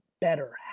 better